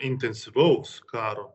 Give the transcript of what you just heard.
intensyvaus karo